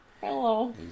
hello